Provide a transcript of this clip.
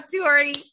Tori